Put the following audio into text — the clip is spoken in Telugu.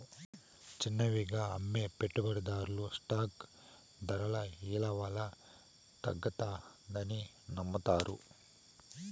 చిన్నవిగా అమ్మే పెట్టుబడిదార్లు స్టాక్ దర ఇలవల్ల తగ్గతాదని నమ్మతారు